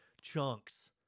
chunks